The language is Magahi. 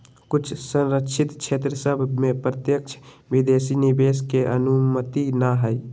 कुछ सँरक्षित क्षेत्र सभ में प्रत्यक्ष विदेशी निवेश के अनुमति न हइ